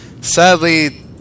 sadly